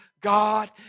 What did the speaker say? God